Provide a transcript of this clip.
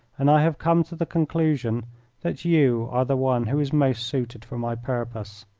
and i have come to the conclusion that you are the one who is most suited for my purpose.